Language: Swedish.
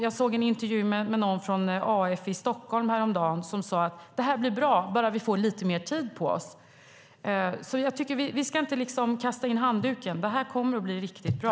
Jag såg en intervju med någon från Arbetsförmedlingen i Stockholm häromdagen som sade att detta blir bra bara man får lite mer tid på sig. Jag tycker därför att vi inte ska kasta in handduken. Detta kommer att bli riktigt bra.